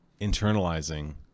internalizing